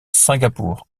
singapour